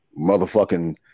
motherfucking